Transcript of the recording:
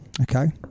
okay